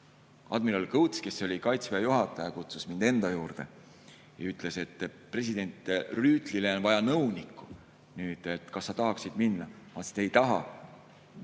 admiral Kõuts, kes oli Kaitseväe juhataja, kutsus mind enda juurde ja ütles, et president Rüütlile on vaja nõunikku. Kas sa tahaksid minna? Ma ütlesin, et ei taha.